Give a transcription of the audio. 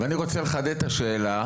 אני רוצה לחדד את השאלה,